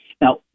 Now